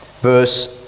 verse